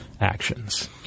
actions